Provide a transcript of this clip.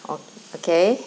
orh okay